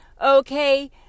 okay